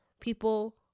people